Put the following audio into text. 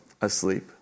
asleep